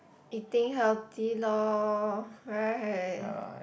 eating healthy lor right